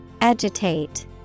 Agitate